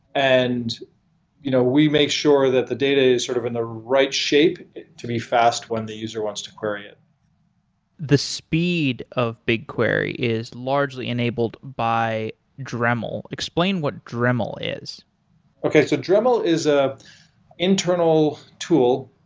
and you know we make sure that the data is sort of in the right shape to be fast when the user wants to query it the speed of bigquery is largely enabled by dremel. explain what dremel is okay. so dremel is a internal tool.